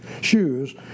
shoes